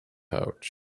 pouch